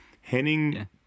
Henning